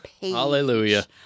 hallelujah